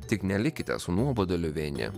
tik nelikite su nuoboduliu vieni